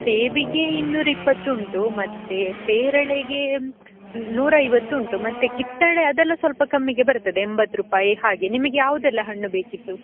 ಸೇಬಿಗೆ ಇನ್ನೂರು ಇಪ್ಪತ್ತು ಉಂಟು ಮತ್ತು ಪೇರಳೆಗೆ ನೂರ ಐವತ್ತು ಉಂಟು ಮತ್ತು ಕಿತ್ತಳೆ ಅದೆಲ್ಲ ಸ್ವಲ್ಪ ಕಮ್ಮಿಗೆ ಬರ್ತದೆ ಎಂಬತ್ತು ರೂಪಾಯಿ ಹಾಗೆ ನಿಮಗೆ ಯಾವುದೆಲ್ಲ ಹಣ್ಣು ಬೇಕಿತ್ತು